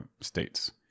states